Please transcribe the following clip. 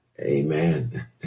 Amen